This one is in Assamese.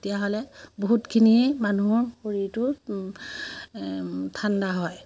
তেতিয়াহ'লে বহুতখিনিয়ে মানুহৰ শৰীৰটো ঠাণ্ডা হয়